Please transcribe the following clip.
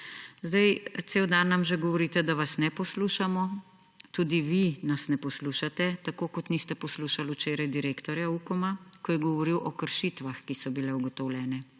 Zdaj cel dan nam že govorite, da vas ne poslušamo. Tudi vi nas ne poslušate, tako kot niste poslušali včeraj direktorja Ukoma, ko je govoril o kršitvah, ki so bile ugotovljene.